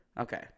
Okay